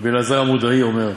רבי אלעזר המודעי אומר,